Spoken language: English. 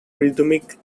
rhythmic